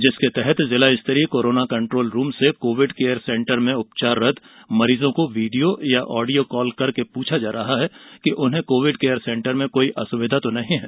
जिसके तहत जिला स्तरीय कोरोना कन्ट्रोल रूम से कोविड केयर सेंटर में उपचाररत मरीजों को वीड़ियो या आडियो काल करके पूछा जा रहा है कि उन्हें कोविड केयर सेंटर में कोई असुविधा तो नही है